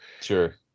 Sure